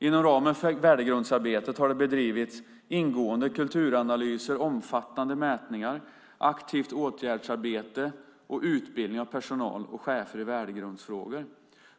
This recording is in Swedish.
Inom ramen för värdegrundsarbetet har det bedrivits ingående kulturanalyser, omfattande mätningar, aktivt åtgärdsarbete och utbildning av personal och chefer i värdegrundsfrågor.